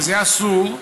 וזה אסור.